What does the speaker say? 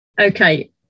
Okay